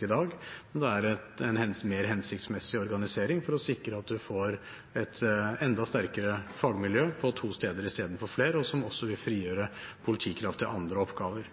i dag, men det er en mer hensiktsmessig organisering for å sikre at en får et enda sterkere fagmiljø på to steder i stedet for på flere – noe som også vil frigjøre politikraft til andre oppgaver.